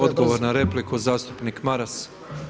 Odgovor na repliku zastupnik Maras.